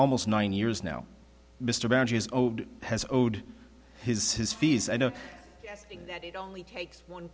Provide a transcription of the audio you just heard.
almost nine years now mr bangi is owed has owed his his fees i know that it only takes one